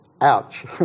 Ouch